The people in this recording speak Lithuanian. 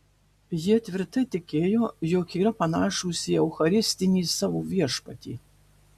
jie tvirtai tikėjo jog yra panašūs į eucharistinį savo viešpatį